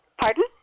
Pardon